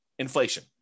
Inflation